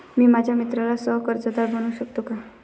मी माझ्या मित्राला सह कर्जदार बनवू शकतो का?